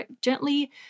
gently